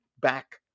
back